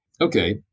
Okay